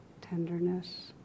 tenderness